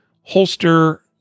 holster